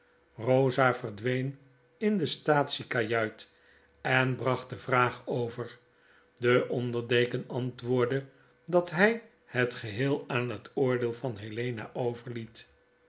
rosa verdween in de staatsie kajuit en bracht de vraag over de onder deken antwoordde dat hy het geheel aan het oordeel van helena overliet